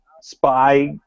spy